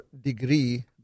degree